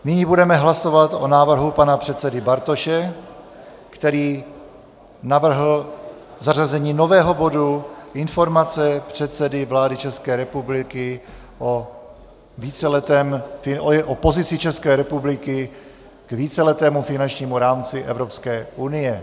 Nyní budeme hlasovat o návrhu pana předsedy Bartoše, který navrhl zařazení nového bodu Informace předsedy vlády České republiky o pozici České republiky k víceletému finančnímu rámci Evropské unie.